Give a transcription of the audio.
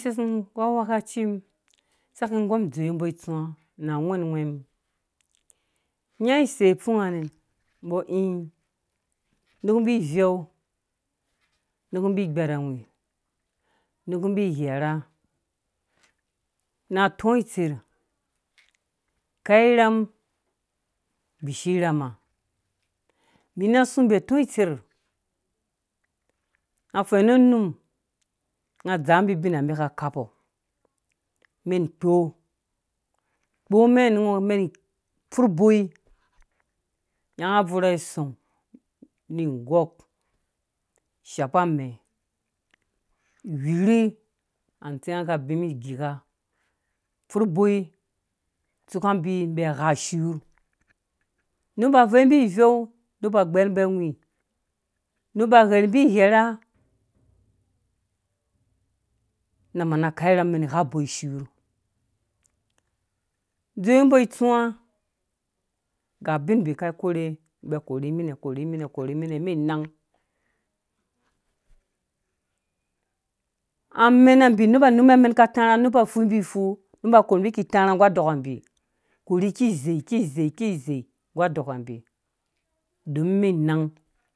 Seisum gnggu agwɛ̃kaci mum seki gɔm dzowe mbɔ ituwã na agwenghwɛ̃ mum nya isei pfung ha nɛ nbɔ neku mbi ivɛu neku mbi ighɛrawi zeku mbi igharha na tɔɔ̃ itser kau irham gbishi irhamhã mina asu mbi atɔ itser na frɛnu unum nga dzaambi bina mbi ka kaupo mɛn kpo kpɔ mɛn fur bɔi nyanga aburha sorh ni gɔk shap amɛ whirhi atsenga ka bĩ mɛn gika fur uboi tsuka mbi mbi agha surh niba vɛu mbi iveu neba gberh mbi awi neba ghɛrhu mbi ighɛrɛ na mana kau irham mɛn igha boi surh dzowe mbɔ itsuwã gɛ ubin mbi kai korhe mbi akorhe minɛ korhe minɛ korhe minɛ mɛn nang amɛna mbi neba nyanga mbi ifu beba korhu mbi ki tẽrha ngu adɔka mbi korhi kizei kizei kizei nggu adɔkambi domin men nang.